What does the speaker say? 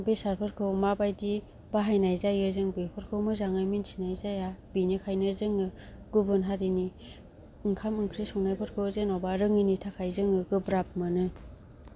बेसादफोरखौ माबायदि बाहायनाय जायो जों बेफोरखौ मोजाङै मिनथिनाय जाया बेनिखायनो जोङो गुबुन हारिनि ओंखाम ओंख्रि संनायफोरखौ जेन'बा रोङैनि थाखाय जोङो गोब्राब मोनो